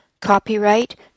Copyright